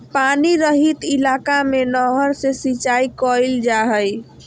पानी रहित इलाका में नहर से सिंचाई कईल जा हइ